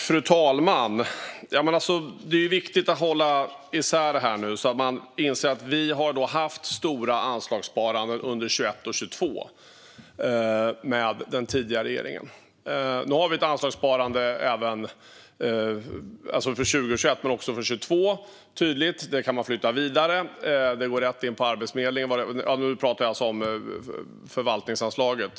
Fru talman! Det är viktigt att hålla isär detta och inse att vi med den tidigare regeringen har haft stora anslagssparanden under 2021 och även tydligt under 2022. Detta kan man flytta vidare; det går rätt in till Arbetsförmedlingen. Jag pratar alltså om förvaltningsanslaget.